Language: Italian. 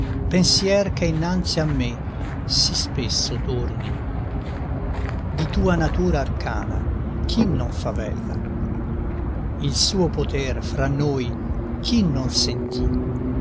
pensier che innanzi a me sì spesso torni di tua natura arcana chi non favella il suo poter fra noi chi non sentì